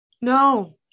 No